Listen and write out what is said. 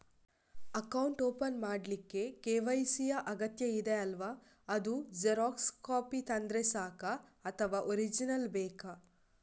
Account open ಮಾಡ್ಲಿಕ್ಕೆ KYC ಯಾ ಅಗತ್ಯ ಇದೆ ಅಲ್ವ ಅದು ಜೆರಾಕ್ಸ್ ಕಾಪಿ ತಂದ್ರೆ ಸಾಕ ಅಥವಾ ಒರಿಜಿನಲ್ ಬೇಕಾ?